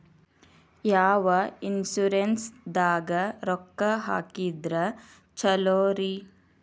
ಯಾವ ಇನ್ಶೂರೆನ್ಸ್ ದಾಗ ರೊಕ್ಕ ಹಾಕಿದ್ರ ಛಲೋರಿ?